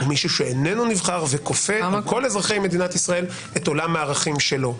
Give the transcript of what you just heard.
מי שאיננו נבחר וכופה על כל אזרחי מדינת ישראל את עולם הערכים שלו.